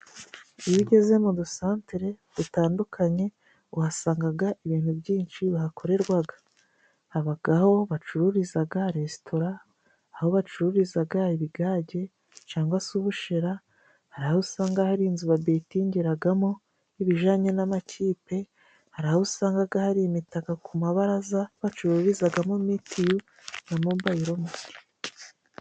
Iyo ugeze mu dusantere dutandukanye uhasangaga ibintu byinshi bihakorerwaga. Habaga aho bacururizaga resitora, aho bacururizaga ibigage cyangwa se ubushera, hari aho usangaga hari inzu babetingiragamo ibijanye n'amakipe, hari aho usangaga hari imitakako ku mabaraza bacururizagamo mitiyu na mobayiro mane.